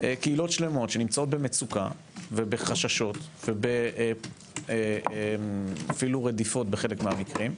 קהילות שלמות שנמצאות במצוקה ובחששות ואפילו רדיפות בחלק מהמקרים,